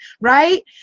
right